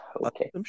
okay